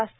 जास्त